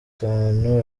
batanu